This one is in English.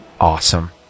Awesome